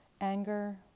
anger